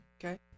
Okay